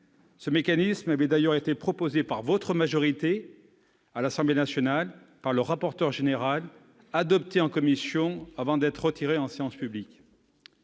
Ce mécanisme avait d'ailleurs été proposé par votre majorité à l'Assemblée nationale par le rapporteur général et adopté en commission avant d'être retiré en séance publique.